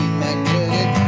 magnetic